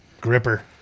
Gripper